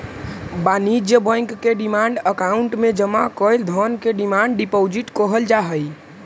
वाणिज्य बैंक के demand account में जमा कैल धन के डिमांड डिपॉजिट कहल जा हई